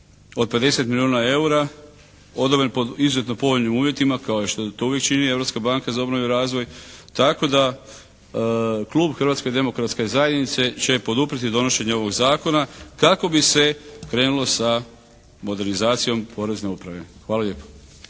od 50 milijuna eura odobren pod izuzetno povoljnim uvjetima kao što to uvijek čini Europska banka za obnovu i razvoj tako da klub Hrvatske demokratske zajednice će poduprijeti donošenje ovog zakona kako bi se krenulo sa modernizacijom Porezne uprave. Hvala lijepo.